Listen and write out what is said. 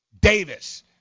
Davis